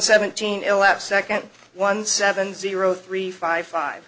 seventeen elapsed second one seven zero three five